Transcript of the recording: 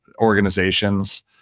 organizations